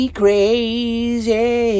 crazy